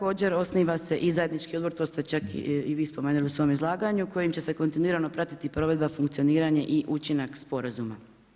Osniva se i zajednički odbor, to ste čak i vi spomenuli u svom izlaganju, kojim će se kontinuirano pratiti provedba funkcioniranje i učinak sporazuma.